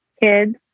kids